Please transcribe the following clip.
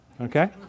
Okay